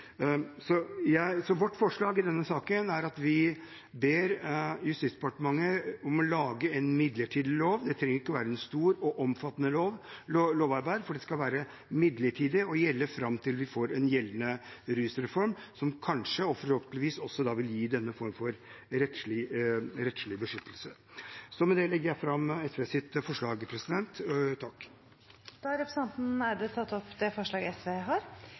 Vårt forslag i denne saken er at vi ber Justisdepartementet om å lage en midlertidig lov. Det trenger ikke å være et stort og omfattende lovarbeid, for det skal være midlertidig og gjelde fram til vi får en gjeldende rusreform, som kanskje – og forhåpentligvis – også vil gi denne form for rettslig beskyttelse. Med dette legger jeg fram SVs forslag. Representanten Petter Eide har tatt opp det forslaget